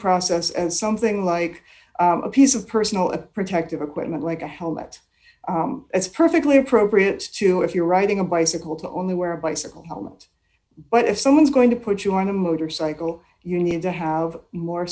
process and something like a piece of personal a protective equipment like a helmet it's perfectly appropriate to if you're writing a bicycle to only wear a bicycle helmet but if someone's going to put you on a motorcycle you need to have more